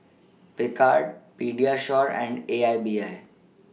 Picard Pediasure and A I B I